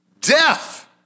death